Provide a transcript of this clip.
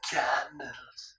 candles